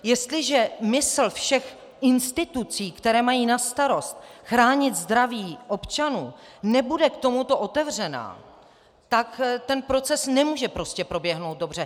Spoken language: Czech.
Jestliže mysl všech institucí, které mají na starost chránit zdraví občanů, nebude k tomuto otevřená, tak ten proces nemůže prostě proběhnout dobře.